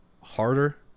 harder